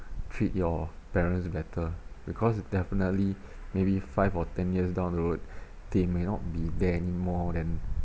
treat your parents better because definitely maybe five or ten years down the road they may not be there anymore then